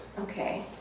Okay